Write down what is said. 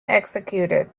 executed